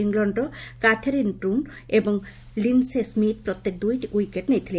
ଇଂଲଣ୍ଡର କାଥେରିନ୍ ବ୍ରିଷ୍କ ଏବଂ ଲିନସେ ସ୍କିଥ୍ ପ୍ରତ୍ୟେକ ଦୁଇଟି ୱିକେଟ୍ ନେଇଥିଲେ